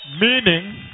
Meaning